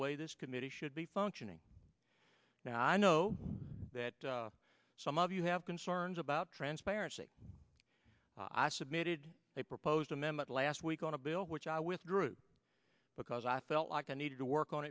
way this committee should be functioning now i know that some of you have concerns about transparency i submitted a proposed amendment last week on a bill which i withdrew because i felt like i needed to work on